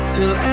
Till